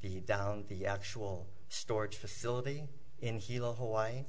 the down the actual storage facility in h